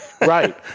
Right